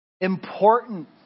Important